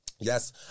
Yes